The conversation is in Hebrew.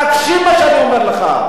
תקשיב מה שאני אומר לך.